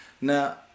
now